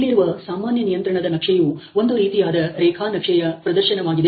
ಇಲ್ಲಿರುವ ಸಾಮಾನ್ಯ ನಿಯಂತ್ರಣ ನಕ್ಷೆಯು ಒಂದು ರೀತಿಯಾದ ರೇಖಾನಕ್ಷೆಯ ಪ್ರದರ್ಶನವಾಗಿದೆ